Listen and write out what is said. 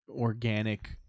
organic